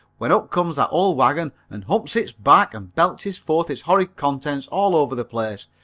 when up comes that old wagon and humps its back and belches forth its horrid contents all over the place.